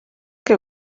que